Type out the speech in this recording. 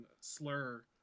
slur